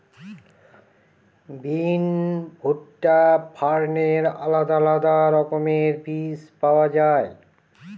বিন, ভুট্টা, ফার্নের আলাদা আলাদা রকমের বীজ পাওয়া যায়